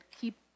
Keep